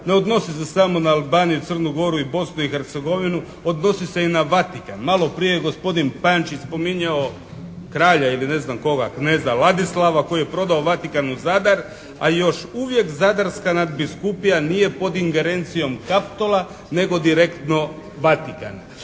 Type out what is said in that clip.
Ne odnosi se samo na Albaniju, Crnu Goru i Bosnu i Hercegovinu odnosi se i na Vatikan. Malo prije je gospodin Pančić spominjao kralja ili ne znam koga, kneza Ladislava koji je prodao Vatikanu Zadar a i još uvijek Zadarska nadbiskupija nije pod ingerencijom Kaptola nego direktno Vatikana.